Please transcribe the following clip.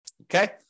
Okay